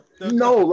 No